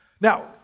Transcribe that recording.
Now